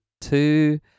two